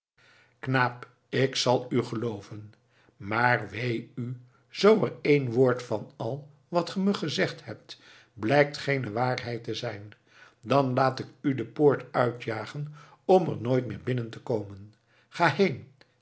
knaap ik zal u gelooven maar wee u zoo er één woord van al wat ge me gezegd hebt blijkt geene waarheid te zijn dan laat ik u de poort uitjagen om er nooit meer binnen te komen ga heen